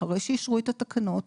אחרי שאישרו את התקנות,